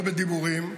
לא בדיבורים,